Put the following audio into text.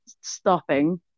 stopping